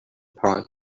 pipe